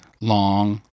long